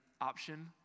option